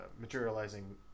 materializing